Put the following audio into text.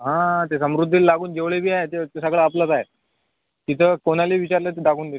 हां ते समृद्धीला लागून जेवढे बी आहे ते सगळं आपलंच आहे तिथं कोणालेही विचारलं तर दाखवून देईल